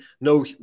No